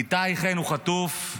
איתי חן הוא חטוף.